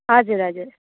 हजुर हजुर